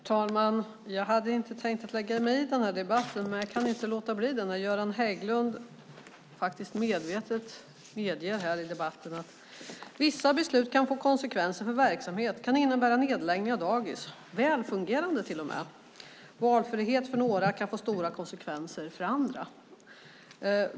Herr talman! Jag hade inte tänkt lägga mig i den här debatten, men jag kan inte låta bli när Göran Hägglund medger här i debatten att vissa beslut kan få konsekvenser för verksamheter. Det kan innebära nedläggning av dagis, till och med välfungerande. Valfrihet för några kan få stora konsekvenser för andra.